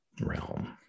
realm